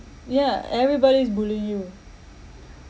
ya everybody's bullying you